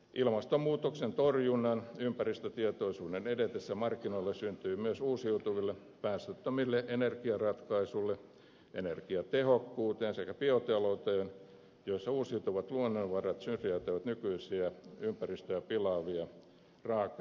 ilmastonmuutoksen torjunnan ja ympäristötietoisuuden edetessä markkinoita syntyy myös uusiutuville päästöttömille energiaratkaisuille energiatehokkuuteen sekä biotalouteen joissa uusiutuvat luonnonvarat syrjäyttävät nykyisiä ympäristöä pilaavia raaka aineita